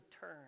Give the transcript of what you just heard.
turn